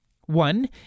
One